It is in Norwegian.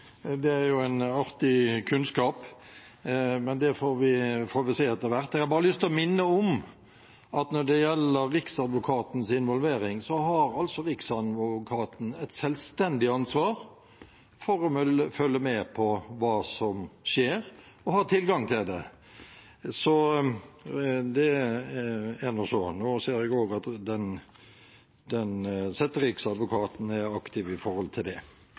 Det er jo en artig kunnskap. Men det får vi se etter hvert. Jeg har bare lyst til å minne om at når det gjelder Riksadvokatens involvering, har Riksadvokaten et selvstendig ansvar for å følge med på hva som skjer, og ha tilgang til det. Det er nå så. Nå ser jeg også at setteriksadvokaten er aktiv med hensyn til det. Så til de to forslagene som er fremmet. Forslaget fra SV er vanskelig å forholde seg til, fordi det